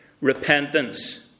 repentance